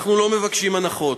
אנחנו לא מבקשים הנחות.